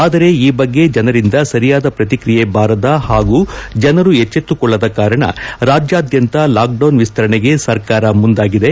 ಆದರೆ ಈ ಬಗ್ಗೆ ಜನರಿಂದ ಸರಿಯಾದ ಪ್ರತಿಕ್ರಿಯೆ ಬಾರದ ಹಾಗೂ ಜನರು ಎಚ್ಚೆತ್ತುಕೊಳ್ಳದ ಕಾರಣ ರಾಜ್ಯಾದ್ಯಂತ ಲಾಕ್ ಡೌನ್ ವಿಸ್ತರಣೆಗೆ ಸರ್ಕಾರ ಮುಂದಾಗಿದೆ